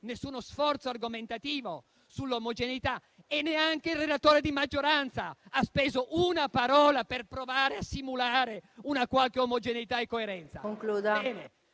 alcuno sforzo argomentativo sull'omogeneità e neanche il relatore di maggioranza ha speso una parola per provare a simulare una qualche omogeneità e coerenza.